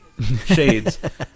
shades